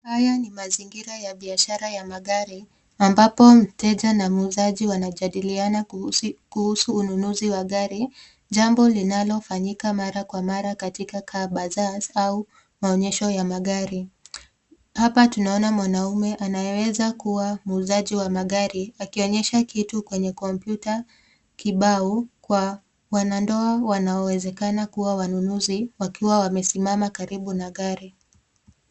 Haya ni mazingira ya biashara ya magari ambapo mteja na muuzaji wanajadiliana kuhusu ununuzi wa gari jambo linalifanyika mara kwa mara katika car bazaars s au maonyesho ya magari. Hapa tunaona mwanaume anayeweza kuwa muuzaji wa magari akionyesha kitu kwenye kompyuta kibao kwa wanandoa wanaowezekana kuwa wanunuzi wakiwa wamesimama karibu na gari.